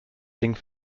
ding